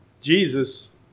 Jesus